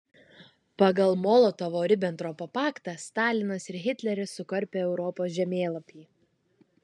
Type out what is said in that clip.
pagal molotovo ribentropo paktą stalinas ir hitleris sukarpė europos žemėlapį